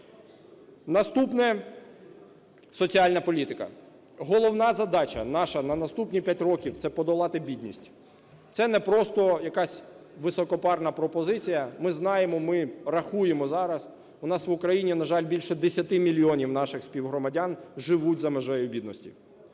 Наступне, соціальна політика. Головна задача наша на наступні п'ять років – це подолати бідність. Це не просто якась високопарна пропозиція. Ми знаємо, ми рахуємо зараз, у нас в Україні, на жаль, більше десяти мільйонів наших співгромадян живуть за межею бідності.